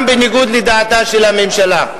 גם בניגוד לדעתה של הממשלה.